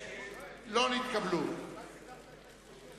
ההסתייגות של